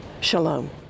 Shalom